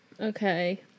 Okay